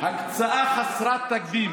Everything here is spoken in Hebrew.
לכן אנחנו חייבים לאשר תקציב.